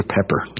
Pepper